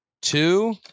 Two